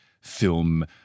film